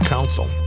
Council